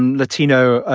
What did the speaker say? latino,